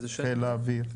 חיל האוויר.